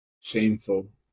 Shameful